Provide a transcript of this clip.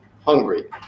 hungry